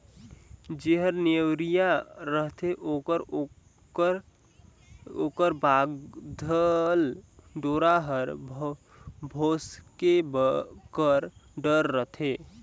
जेहर नेवरिया रहथे ओकर ओकर बाधल डोरा हर भोसके कर डर रहथे